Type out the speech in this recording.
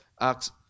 Acts